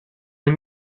him